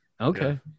okay